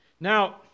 Now